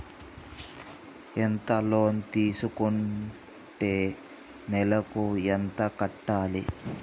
ఎంత లోన్ తీసుకుంటే నెలకు ఎంత కట్టాలి?